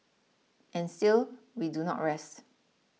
and still we do not rest